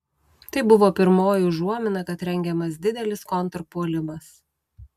tai buvo pirmoji užuomina kad rengiamas didelis kontrpuolimas